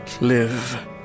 live